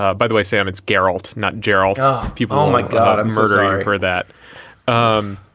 ah by the way, samak's garralda, not geralt people oh my god, i'm bergenheim for that um